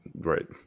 Right